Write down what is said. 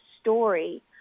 story –